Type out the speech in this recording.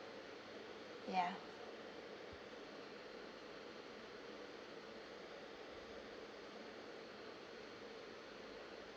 ya